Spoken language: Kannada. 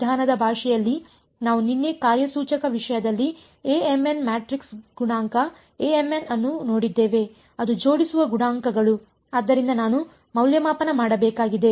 ಕ್ಷಣಗಳ ವಿಧಾನದ ಭಾಷೆಯಲ್ಲಿ ನಾವು ನಿನ್ನೆ ಕಾರ್ಯಸೂಚಕ ವಿಷಯದಲ್ಲಿ Amn ಮ್ಯಾಟ್ರಿಕ್ಸ್ ಗುಣಾಂಕ Amn ಅನ್ನು ನೋಡಿದ್ದೇವೆ ಅದು ಜೋಡಿಸುವ ಗುಣಾಂಕಗಳು ಆದ್ದರಿಂದ ನಾನು ಮೌಲ್ಯಮಾಪನ ಮಾಡಬೇಕಾಗಿದೆ